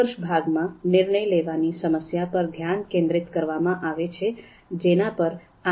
આદર્શ ભાગમાં નિર્ણય લેવાની સમસ્યા પર ધ્યાન કેન્દ્રિત કરવામાં આવે છે જેના પર આદર્શ રીતે ધ્યાન આપવું જોઈએ